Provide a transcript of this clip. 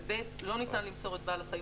וסעיף קטן ב': "לא ניתן למסור את בעל החיים